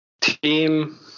team